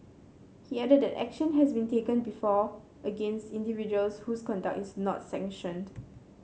he added that action has been taken before against individuals whose conduct is not sanctioned